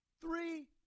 three